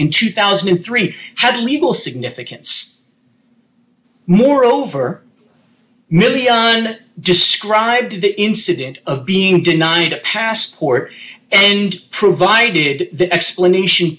in two thousand and three had legal significance moreover one million described the incident of being denied a passport and provided the explanation